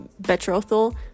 betrothal